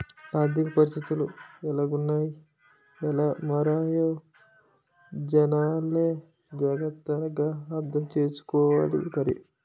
ఆర్థిక పరిస్థితులు ఎలాగున్నాయ్ ఎలా మారాలో జనాలే జాగ్రత్త గా అర్థం సేసుకోవాలి మరి